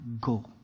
go